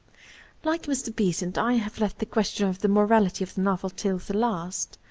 like mr. besant, i have left the question of the morality of the novel till the last,